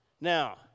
Now